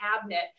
cabinet